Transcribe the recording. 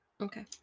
Okay